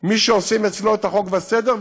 מי שעושים אצלו את החוק והסדר,